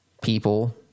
people